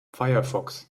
firefox